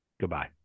goodbye